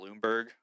Bloomberg